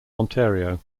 ontario